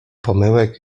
pomyłek